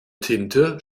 tinte